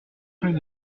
rue